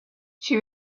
she